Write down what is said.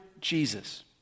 Jesus